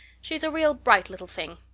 she's a real bright little thing.